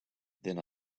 then